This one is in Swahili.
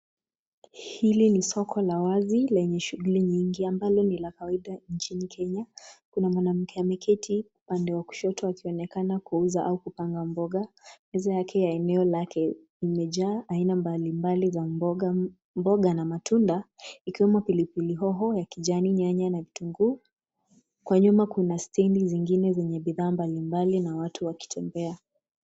Hili ni soko la wazi lenye shughuli nyingi ambalo ni la kawaida nchini Kenya. Kuna mwanamke ameketi upande wa kushoto akionekana kuuza au kupanga mboga. Meza yake ya eneo lake limejaa aina mbalimbali za mboga na matunda ikiwemo pilipili hoho ya kijani, nyanya na vitunguu. Kwa nyuma kuna stendi zingine zenye bidhaa mbalimbali na watu wakitembea.